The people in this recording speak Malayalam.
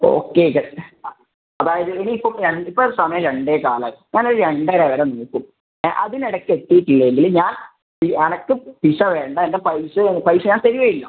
ഓക്കെ ഇത് അതായത് ഇനി ഇപ്പോൾ രണ്ട് ഇപ്പോൾ സമയം രണ്ടേകാൽ ആയി ഞാൻ ഒരു രണ്ടര വരെ നോക്കും ഏഹ് അതിന് ഇടയ്ക്ക് എത്തിയിട്ടിലെങ്കിൽ ഞാൻ ഈ എനിക്ക് പിസ്സ വേണ്ട എൻ്റെ പൈസ പൈസ ഞാൻ തരികയും ഇല്ല